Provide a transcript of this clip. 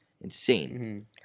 insane